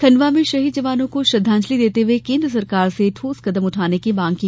खंडवा में लोगों ने शहीद जवानों श्रद्धांजलि देते हुये केन्द्र सरकार से कठोर कदम उठाने की मांग की